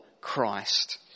christ